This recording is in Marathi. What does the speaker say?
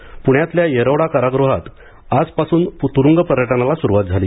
प्ण्यातल्या येरवडा कारागृहात आज पासून त्रुंग पर्यटनाला स्रुवात झाली